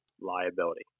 Liability